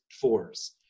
fours